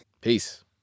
Peace